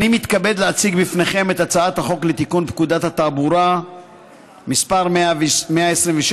אני מתכבד להציג בפניכם את הצעת החוק לתיקון פקודת התעבורה (מס' 126),